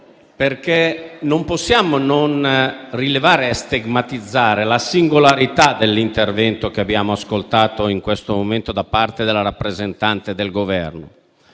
Non possiamo non rilevare e stigmatizzare la singolarità dell'intervento che abbiamo ascoltato in questo momento da parte della rappresentante del Governo,